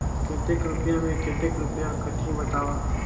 कतेक रुपिया मे कतेक रुपिया कटही बताव?